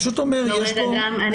אני